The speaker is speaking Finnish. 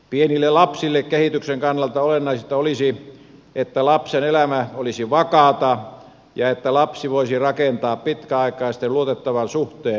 pienille lapsille kehityksen kannalta olennaisinta olisi että lapsen elämä olisi vakaata ja että lapsi voisi rakentaa pitkäaikaisen luotettavan suhteen hoitajaansa